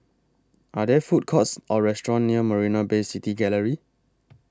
Are There Food Courts Or restaurants near Marina Bay City Gallery